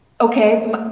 okay